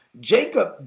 Jacob